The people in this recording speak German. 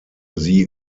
sie